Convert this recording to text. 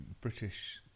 british